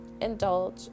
indulge